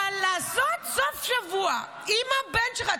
אבל לעשות סופשבוע עם הבן שלך?